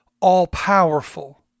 all-powerful